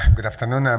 um good afternoon. um